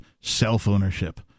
self-ownership